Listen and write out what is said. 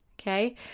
Okay